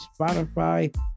Spotify